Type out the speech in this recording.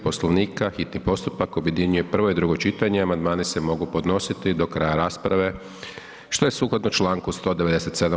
Poslovnika, hitni postupak objedinjuje prvo i drugo čitanje, a amandmani se mogu podnositi do kraja rasprave što je sukladno čl. 197.